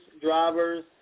drivers